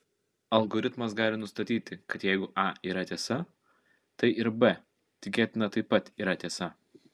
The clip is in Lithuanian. algoritmas gali nustatyti kad jeigu a yra tiesa tai ir b tikėtina taip pat yra tiesa